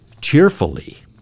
cheerfully